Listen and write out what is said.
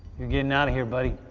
you're getting out a here, buddy.